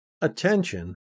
attention